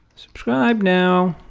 subscribe now